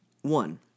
One